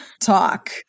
talk